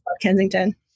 Kensington